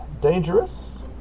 dangerous